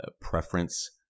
preference